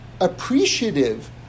appreciative